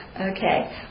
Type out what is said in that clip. okay